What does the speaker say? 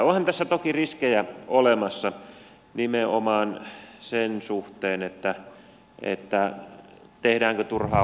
onhan tässä toki riskejä olemassa nimenomaan sen suhteen tehdäänkö turhaa huoltotyötä ja niin edelleen